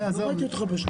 איך לא ראיתי אותך ב-12